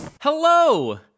Hello